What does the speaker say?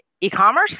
e-commerce